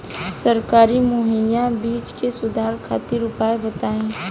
सरकारी मुहैया बीज में सुधार खातिर उपाय बताई?